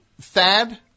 Thad